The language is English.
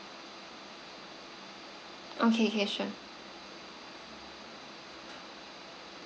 okay okay sure